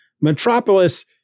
Metropolis